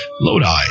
Lodi